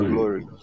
Glory